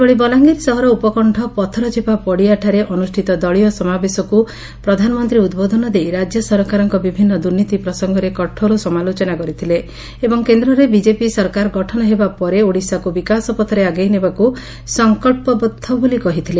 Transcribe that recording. ସେହିଭଳି ବଲାଙ୍ଗିର ସହର ଉପକଶ୍ବ ପଥରଚେପା ପଡ଼ିଆଠାରେ ଅନୁଷ୍ଠିତ ଦଳୀୟ ସମାବେଶକୁ ପ୍ରଧାନମନ୍ତୀ ଉଦ୍ବୋଧନ ଦେଇ ରାକ୍ୟ ସରକାରଙ୍କ ବିଭିନ୍ ଦୁର୍ନୀତି ପ୍ରସଙ୍ଗରେ କଠୋର ସମାଲୋଚନା କରିଥିଲେ ଏବଂ କେନ୍ଦ୍ରରେ ବିଜେପି ସରକାର ଗଠନ ହେବା ପରେ ଓଡ଼ିଶାକ୍ ବିକାଶପଥରେ ଆଗେଇ ନେବାକୁ ସଂକ୍ବବଦ୍ଧ ବୋଲି କହିଥିଲେ